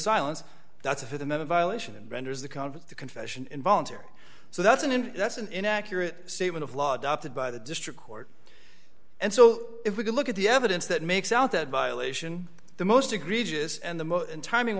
the confession involuntary so that's an in that's an inaccurate statement of law adopted by the district court and so if we can look at the evidence that makes out that violation the most egregious and the most and timing